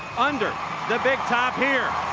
under the big top here.